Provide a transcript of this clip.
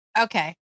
Okay